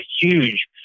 huge